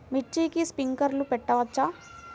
మిర్చికి స్ప్రింక్లర్లు పెట్టవచ్చా?